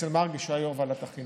אצל מרגי, כשהוא היה יו"ר ועדת החינוך.